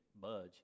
budge